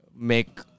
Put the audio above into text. make